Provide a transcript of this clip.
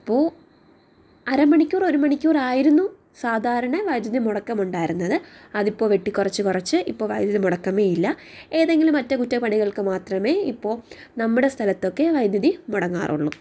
അപ്പോൾ അരമണിക്കൂർ ഒരു മണിക്കൂർ ആയിരുന്നു സാധാരണ വൈദ്യുതി മുടക്കം ഉണ്ടായിരുന്നത് അതിപ്പോൾ വെട്ടിക്കുറച്ച് കുറച്ച് ഇപ്പോൾ വൈദ്യുതി മുടക്കമേ ഇല്ല ഏതെങ്കിലും അറ്റകുറ്റപ്പണികൾക്ക് മാത്രമേ ഇപ്പോൾ നമ്മുടെ സ്ഥലത്തൊക്കെ വൈദ്യുതി മുടങ്ങാറുള്ളു